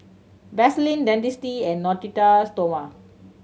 Vaselin Dentiste and Natura Stoma